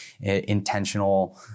intentional